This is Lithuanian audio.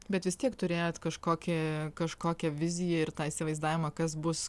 bet vis tiek turėjot kažkokį kažkokią viziją ir tą įsivaizdavimą kas bus